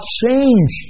change